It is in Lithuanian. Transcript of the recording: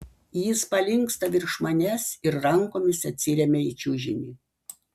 jis palinksta virš manęs ir rankomis atsiremia į čiužinį